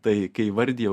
tai kai įvardijau